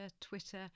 Twitter